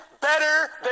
better